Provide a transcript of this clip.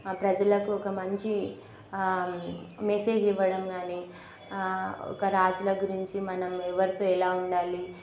ప్రజలకు ఒక మంచి మెసేజ్ ఇవ్వడం కానీ ఒక రాజుల గురించి మనం ఎవరితో ఎలా ఉండాలి